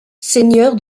seigneur